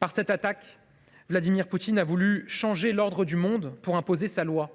Par cette attaque, Vladimir Poutine a voulu changer l’ordre du monde pour imposer sa loi,